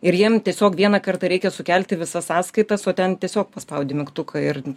ir jiem tiesiog vieną kartą reikia sukelti visas sąskaitas o ten tiesiog paspaudi mygtuką ir